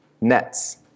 nets